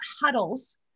huddles